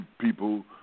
people